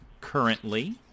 currently